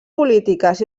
polítiques